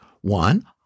One